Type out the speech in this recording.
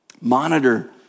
Monitor